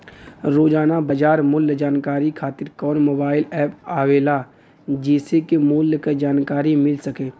रोजाना बाजार मूल्य जानकारी खातीर कवन मोबाइल ऐप आवेला जेसे के मूल्य क जानकारी मिल सके?